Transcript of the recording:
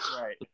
Right